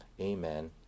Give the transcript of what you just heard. amen